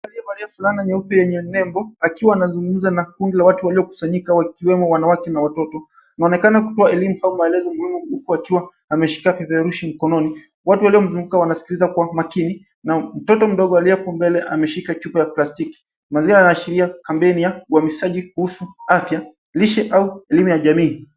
Mwanamke aliye vaa fulana yenye nembo anazungmza na kundi la watu walio kusanyika wakiwemo wanawake na watoto, una onekana kutoa elimu au maelezo muhimu huku akiwa ameshika peperushi mkononi. Watu waliomzunguka wanaskiza kwa makini na mtoto mdongo aliopo mbele ameshika chupa ya plastiki. Mandhari yana ashiria kambeni ya uhamishaji kuhusu afya, lishe au lime ya jamii.